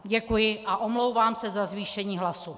Děkuji a omlouvám se za zvýšení hlasu.